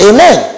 Amen